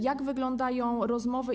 Jak wyglądają rozmowy?